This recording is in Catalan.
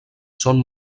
són